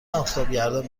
آفتابگردان